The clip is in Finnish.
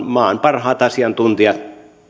maan parhaat asiantuntijat